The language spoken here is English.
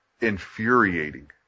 infuriating